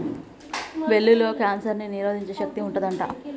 వెల్లుల్లిలో కాన్సర్ ని నిరోధించే శక్తి వుంటది అంట